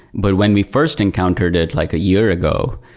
but when we first encountered it like a year ago,